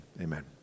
Amen